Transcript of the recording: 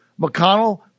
McConnell